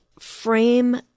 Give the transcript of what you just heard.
frame